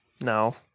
No